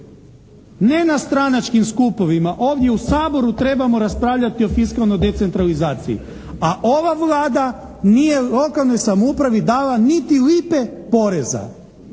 Ne na stranačkim skupovima. Ovdje u Saboru trebamo raspravljati o fiskalnoj decentralizaciji. A ova Vlada nije lokalnoj samoupravi dala niti lipe poreza.